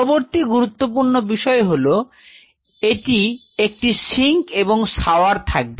পরবর্তী গুরুত্বপূর্ণ বিষয় হল একটি সিংক এবং সাওয়ার থাকবে